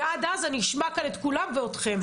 ועד אז אני אשמע כאן את כולם ואתכם,